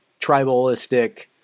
tribalistic